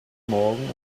morgen